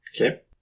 Okay